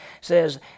says